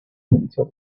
until